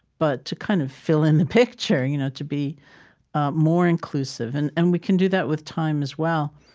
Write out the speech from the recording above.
but to kind of fill in the picture you know to be more inclusive. and and we can do that with time as well